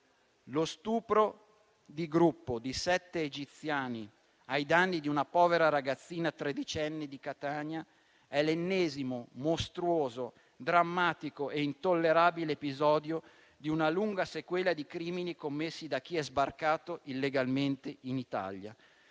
Lo stupro di gruppo da parte di sette egiziani ai danni di una povera ragazzina tredicenne di Catania è l'ennesimo, mostruoso, drammatico e intollerabile episodio di una lunga sequela di crimini commessi da chi è sbarcato illegalmente in Italia.